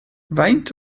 faint